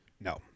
No